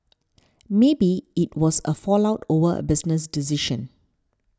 maybe it was a fallout over a business decision